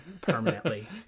permanently